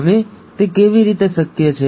હવે તે કેવી રીતે શક્ય છે